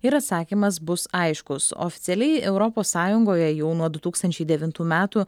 ir atsakymas bus aiškus oficialiai europos sąjungoje jau nuo du tūkstančiai devintų metų